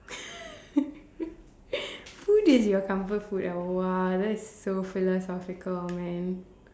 food is your comfort food ah !wow! that is so philosophical man